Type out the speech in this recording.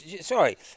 Sorry